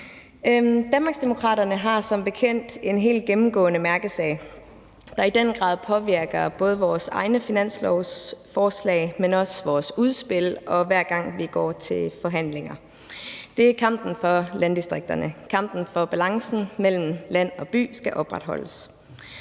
Danmarksdemokraterne har som bekendt en helt gennemgående mærkesag, der i den grad påvirker både vores egne finanslovsforslag, men også vores udspil, og hver gang vi går til forhandlinger. Det er kampen for landdistrikterne og kampen for, at balancen mellem land og by skal opretholdes.